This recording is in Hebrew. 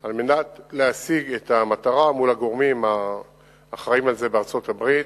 על מנת להשיג את המטרה מול הגורמים האחראים לזה בארצות-הברית.